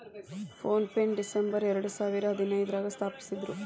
phone ಪೆನ December ಎರಡಸಾವಿರದ ಹದಿನೈದ್ರಾಗ ಸ್ಥಾಪಿಸಿದ್ರು